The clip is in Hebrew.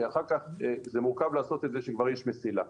כי אחר כך זה מורכב לעשות את זה כשכבר יש מסילה.